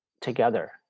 together